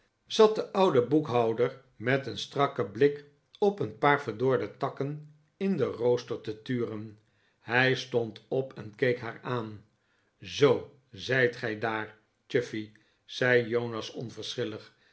zat de oude boekhouder met een strakken blik op een paar verdorde takken in den rooster te turen hij stond op en keek haar aan zoo zijt gij daar chuffey zei jonas